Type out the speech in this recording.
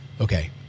okay